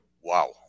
wow